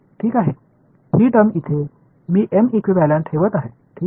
ही term इथे मी M equivalent ठेवत आहे ठीक आहे